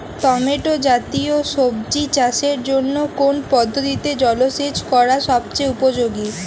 Tomato জাতীয় সবজি চাষের জন্য কোন পদ্ধতিতে জলসেচ করা সবচেয়ে উপযোগী?